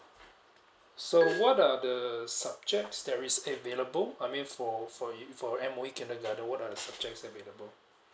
so what are the subjects that is available I mean for for yo~ for M_O_E kindergarten what are the subjects available